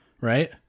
right